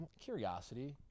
curiosity